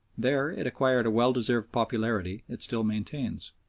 there it acquired a well-deserved popularity it still maintains.